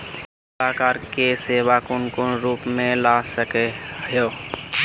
सलाहकार के सेवा कौन कौन रूप में ला सके हिये?